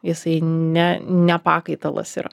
jisai ne ne pakaitalas yra